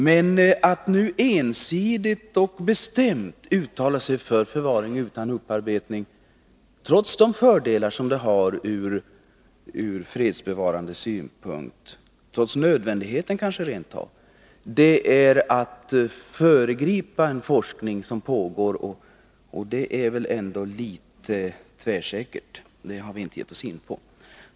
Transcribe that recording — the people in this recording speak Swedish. Men att nu ensidigt och bestämt uttala sig för förvaring utan upparbetning är —- trots de fördelar det har, ja, trots kanske rent av nödvändigheten, från fredsbevarande synpunkt — att föregripa en forskning som pågår. Det är väl ändå litet tvärsäkert! Det har vi inte gett oss in på.